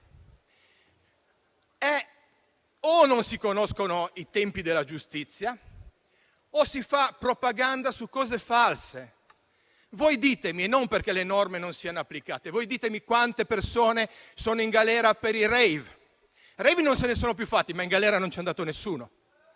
O non si conoscono i tempi della giustizia oppure si fa propaganda su cose false. Voi ditemi - e non perché le norme non siano applicate - quante persone sono in galera per i *rave*? *Rave* non se ne sono più fatti, ma in galera non ci è andato nessuno.